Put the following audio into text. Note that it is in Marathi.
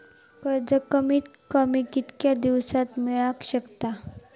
कर्ज कमीत कमी कितक्या दिवसात मेलक शकता?